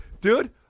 Dude